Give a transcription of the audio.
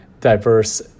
diverse